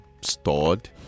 stored